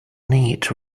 neat